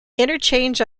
interchange